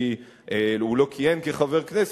כי הוא לא כיהן כחבר כנסת,